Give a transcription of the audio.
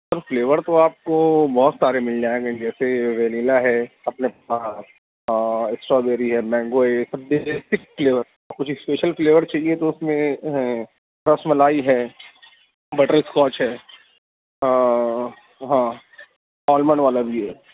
سر flavour تو آپ کو بہت سارے مل جائیں گے جیسے ونیلا ہے اپنے پاس اور اسٹراویری ہے مینگو ہے یہ سب بیسک فلیور ہیں کچھ اسپیشل فلیور چاہیے تو اس میں رس ملائی ہے بٹر اسکوچ ہے ہاں ہاں آلمنڈ والا بھی ہے